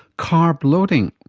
carb loading.